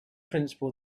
principle